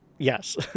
Yes